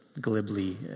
glibly